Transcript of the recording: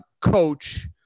coach